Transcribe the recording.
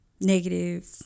negative